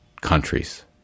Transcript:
countries